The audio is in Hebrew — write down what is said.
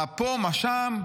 מה פה, מה שם.